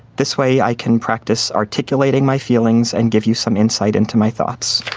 this way i can practice articulating my feelings and give you some insight into my thoughts.